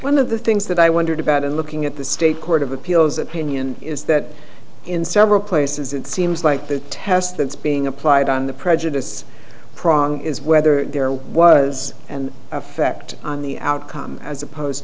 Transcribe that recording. one of the things that i wondered about in looking at the state court of appeals opinion is that in several places it seems like the test that's being applied on the prejudice prong is whether there was an effect on the outcome as opposed